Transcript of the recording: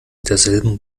derselben